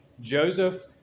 Joseph